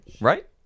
Right